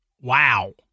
Wow